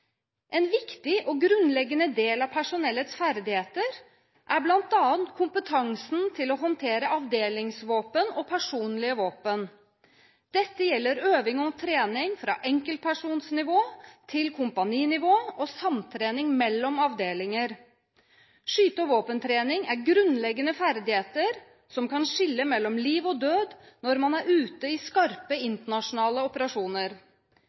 En viktig og grunnleggende del av personellets ferdigheter er bl.a. kompetanse til å håndtere avdelingsvåpen og personlige våpen. Dette gjelder øving og trening fra enkeltpersonnivå til kompaninivå og samtrening mellom avdelinger. Skyte- og våpentrening er grunnleggende ferdigheter som kan skille mellom liv og død når man er ute i skarpe internasjonale operasjoner.